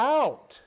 out